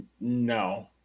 No